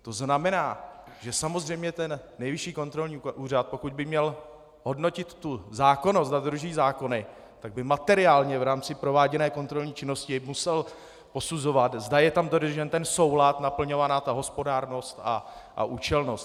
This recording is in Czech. To znamená, že samozřejmě Nejvyšší kontrolní úřad, pokud by měl hodnotit tu zákonnost, zda dodržují zákony, tak by materiálně v rámci prováděné kontrolní činnosti musel posuzovat, zda je tam dodržen ten soulad, naplňovaná hospodárnost a účelnost.